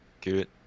good